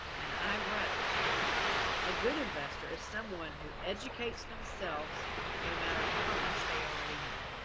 and i wrote a good investor is someone who educates themselves no matter how much they already know.